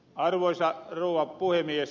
arvoisa rouva puhemies